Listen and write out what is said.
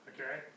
Okay